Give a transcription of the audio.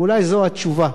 אולי זו התשובה